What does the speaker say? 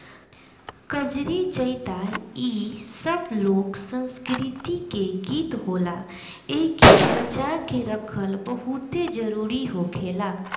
कजरी, चइता इ सब लोक संस्कृति के गीत होला एइके बचा के रखल बहुते जरुरी होखेला